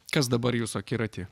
kas dabar jūsų akiraty